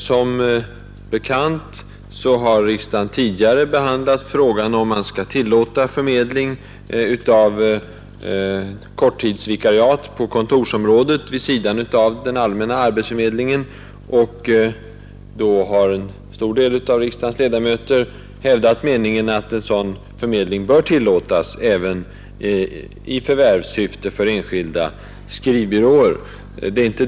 Som bekant har riksdagen tidigare behandlat frågan om man skall tillåta förmedling av korttidsvikariat på kontorsområdet vid sidan om den allmänna arbetsförmedlingen, och då har en stor del av riksdagens ledamöter hävdat meningen, att en sådan förmedling bör tillåtas även i förvärvssyfte, för enskilda skrivbyråer.